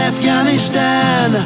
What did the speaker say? Afghanistan